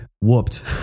whooped